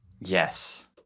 Yes